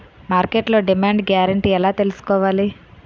మార్కెట్లో demand guarantee ఎలా తెల్సుకోవాలి?